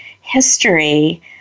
history